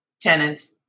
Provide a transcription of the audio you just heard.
tenant